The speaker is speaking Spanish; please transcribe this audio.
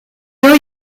hoyo